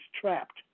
trapped